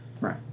right